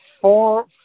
four